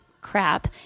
crap